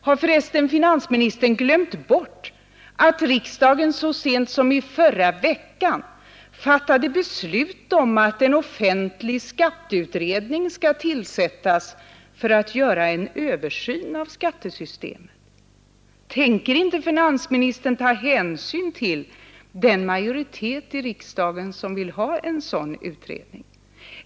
Har förresten finansministern glömt bort att riksdagen så sent som förra veckan fattade ett beslut om att en offentlig skatteutredning skall tillsättas för att göra en översyn av skattesystemet? Tänker inte finansministern ta hänsyn till den majoritet i riksdagen som vill ha en sådan utredning?